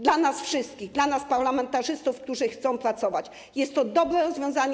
Dla nas wszystkich, dla nas, parlamentarzystów, którzy chcą pracować, jest to dobre rozwiązanie.